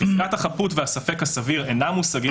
חזקת החפות והספק הסביר אינם מושגים